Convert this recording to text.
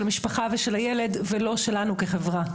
של המשפחה ושל הילד ולא שלנו כחברה.